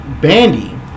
bandy